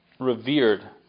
revered